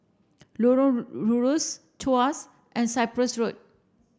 Lorong Rusuk Tuas and Cyprus Road